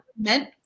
meant